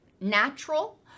natural